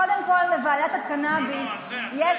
קודם כול, לוועדת הקנביס, לא, לא.